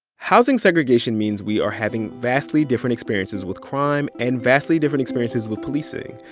housing segregation means we are having vastly different experiences with crime and vastly different experiences with policing.